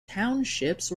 townships